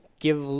give